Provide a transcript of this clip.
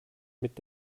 mit